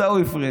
עיסאווי פריג',